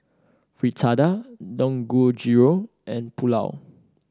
Fritada Dangojiru and Pulao